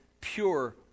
pure